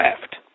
left